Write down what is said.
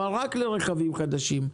אבל רק לרכבים חדשים.